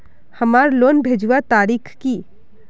हमार लोन भेजुआ तारीख की?